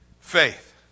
faith